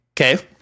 Okay